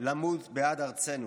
למות בעד ארצנו'.